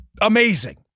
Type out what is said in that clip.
amazing